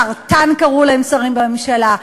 "סרטן", קראו להם שרים בממשלה.